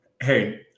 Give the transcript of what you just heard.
Hey